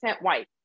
white